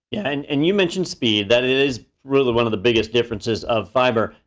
and and you mentioned speed. that is really one of the biggest differences of fiber.